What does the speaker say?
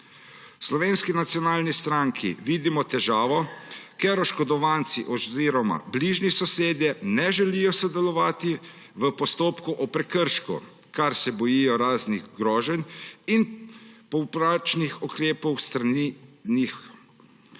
Slovenski nacionalni stranki vidimo težavo, ker oškodovanci oziroma bližnji sosedje ne želijo sodelovati v postopku o prekršku, ker se bojijo raznih groženj in povračilnih ukrepov s strani njih.